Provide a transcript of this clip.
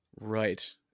Right